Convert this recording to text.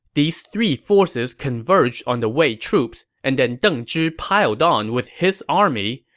these three forces converged on the wei troops, and then deng zhi piled on with his army.